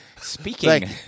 speaking